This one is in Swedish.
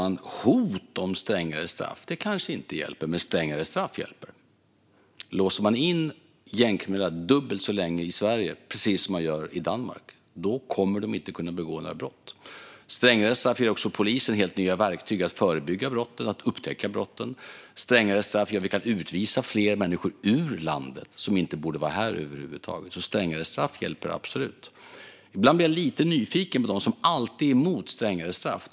Herr talman! Nej, hot om strängare straff kanske inte hjälper, men strängare straff hjälper. Låser man in gängkriminella dubbelt så länge i Sverige, precis som man gör i Danmark, kommer de inte att kunna begå några brott. Strängare straff ger också polisen helt nya verktyg att förebygga brott och upptäcka brott. Strängare straff gör att vi kan utvisa fler människor ur landet som inte borde vara här över huvud taget. Strängare straff hjälper absolut. Ibland blir jag lite nyfiken på dem som alltid är emot strängare straff.